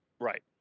Right